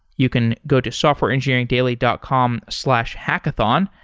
you can go to softwareengineeringdaily dot com slash hackathon.